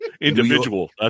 individual